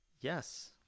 Yes